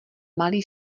malý